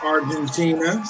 Argentina